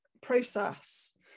process